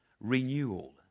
Renewal